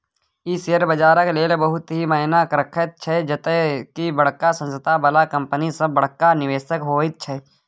ई share बजारक लेल बहुत ही मायना रखैत छै जते की बड़का संस्था बला कंपनी सब बड़का निवेशक होइत छै